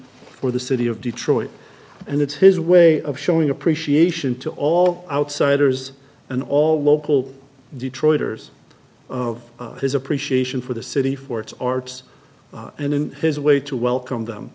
for the city of detroit and it's his way of showing appreciation to all outsiders and all local detroiters of his appreciation for the city for its arts and in his way to welcome them